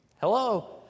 Hello